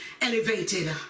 elevated